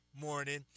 morning